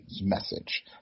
message